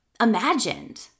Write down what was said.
imagined